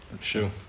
Sure